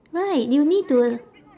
right you need to